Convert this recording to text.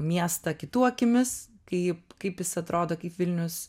miestą kitų akimis kaip kaip jis atrodo kaip vilnius